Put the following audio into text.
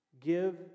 Give